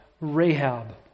Rahab